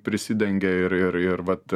prisidengia ir ir ir vat